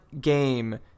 game